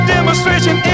Demonstration